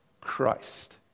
Christ